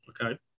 Okay